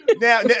now